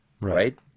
Right